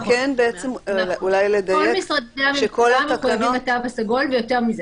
כל משרדי הממשלה מחויבים לתו הסגול, ויותר מזה.